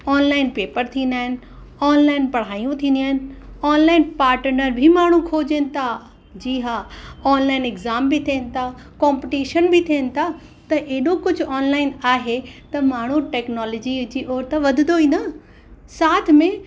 online paper थींदा आहिनि online पढ़ायूं थींदियूं आहिनि ऑनलाइन पार्टनर बी माण्हू खोजिन ता जी हा ऑनलाइन एग्ज़ाम बि थियनि था कॉम्पिटीशन बि थियनि था त एॾो कुझु ऑनलाइन आहे त माण्हू टेकनोलॉजीअ जी ओट वधंदो ई न